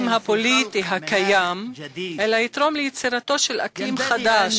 הפוליטי הקיים אלא יתרום ליצירתו של אקלים חדש.